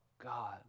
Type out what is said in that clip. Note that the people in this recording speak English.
God